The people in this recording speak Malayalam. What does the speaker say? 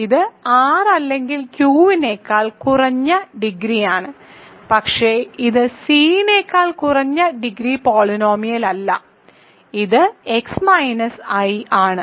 ഇത് R അല്ലെങ്കിൽ Q നേക്കാൾ കുറഞ്ഞ ഡിഗ്രിയാണ് പക്ഷേ ഇത് C നെക്കാൾ കുറഞ്ഞ ഡിഗ്രി പോളിനോമിയലല്ല ഇത് x മൈനസ് i ആണ്